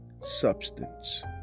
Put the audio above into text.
substance